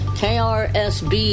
krsb